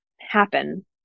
happen